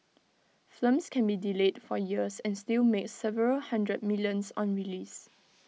films can be delayed for years and still make several hundred millions on release